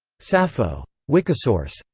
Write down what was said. sappho. wikisource.